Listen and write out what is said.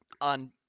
on